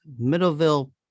middleville